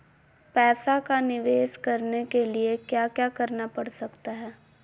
पैसा का निवेस करने के लिए क्या क्या करना पड़ सकता है?